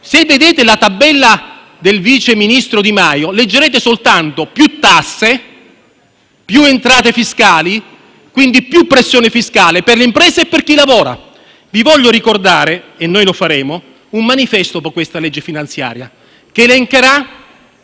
se vedete la tabella del vice ministro Di Maio, leggerete soltanto più tasse, più entrate fiscali e, quindi, più pressione fiscale per le imprese e per chi lavora. Faremo un manifesto dopo questa legge finanziaria che elencherà